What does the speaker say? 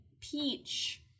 peach